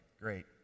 great